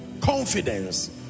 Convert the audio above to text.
Confidence